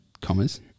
commas